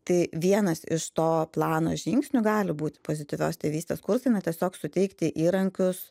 tai vienas iš to plano žingsnių gali būt pozityvios tėvystės kursai na tiesiog suteikti įrankius